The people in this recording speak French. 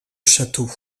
château